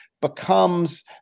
becomes